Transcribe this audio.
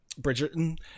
Bridgerton